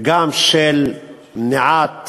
וגם של מעט